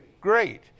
great